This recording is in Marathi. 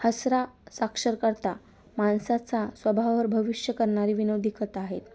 हसरा साक्षरकर्ता माणसाचा स्वभावावर भविष्यवाणी करणारी विनोदी कथा आहेत